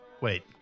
Wait